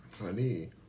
honey